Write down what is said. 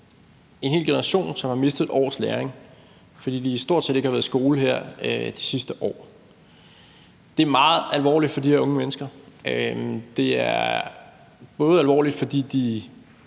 en hel generation, som har mistet et års læring, fordi de stort set ikke har været i skole her sidste år. Det er meget alvorligt for de her unge mennesker. Det er både alvorligt, fordi de